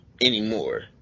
anymore